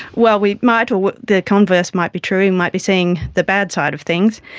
well, we might, or the converse might be true, we and might be seeing the bad side of things.